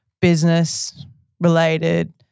business-related